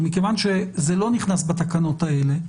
ומכיוון שזה לא נכנס לתקנות האלה,